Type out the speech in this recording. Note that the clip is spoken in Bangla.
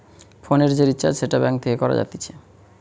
ফোনের যে রিচার্জ সেটা ব্যাঙ্ক থেকে করা যাতিছে